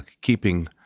keeping